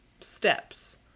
steps